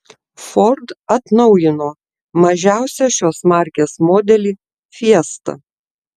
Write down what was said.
ford atnaujino mažiausią šios markės modelį fiesta